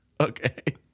Okay